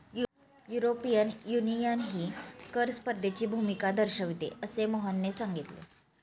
European युनियनही कर स्पर्धेची भूमिका दर्शविते, असे मोहनने सांगितले